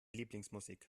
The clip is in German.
lieblingsmusik